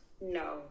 No